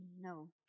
no